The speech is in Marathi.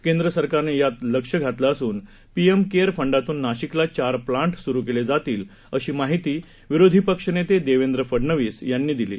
केंद्र सरकारनं यात लक्ष घातलं असून पीएम केअर फंडातून नाशिकला चार प्लांट सुरू केले जातील अशी माहिती विरोधी पक्ष नेते देवेंद्र फडनवीस यांनी दिली आहे